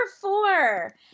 four